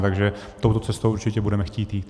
Takže touto cestou určitě budeme chtít jít.